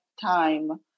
time